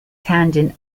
tangent